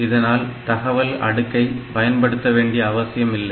இதனால் தகவல் அடுக்கை பயன்படுத்த வேண்டிய அவசியம் இல்லை